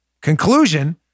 Conclusion